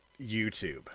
YouTube